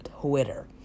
Twitter